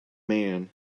man